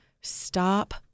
Stop